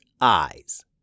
eyes